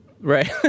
Right